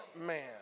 man